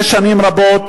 מזה שנים רבות.